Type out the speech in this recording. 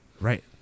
Right